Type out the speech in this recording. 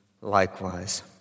likewise